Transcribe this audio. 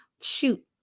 shoot